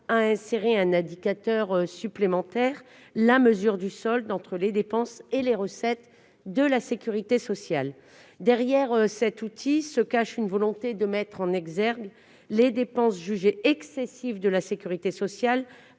a inséré un indicateur supplémentaire : la mesure du solde entre les dépenses et les recettes de la sécurité sociale. Derrière cet outil se cache la volonté de mettre en exergue les dépenses jugées excessives de la sécurité sociale